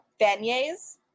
beignets